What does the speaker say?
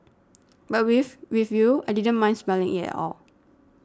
but with with you I didn't mind smelling it at all